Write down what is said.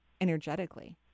energetically